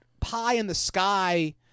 pie-in-the-sky